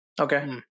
Okay